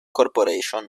corporation